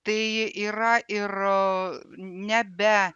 tai yra ir ne be